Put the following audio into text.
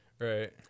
right